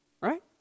right